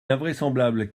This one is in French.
invraisemblable